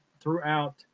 throughout